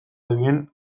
dabilen